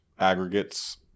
aggregates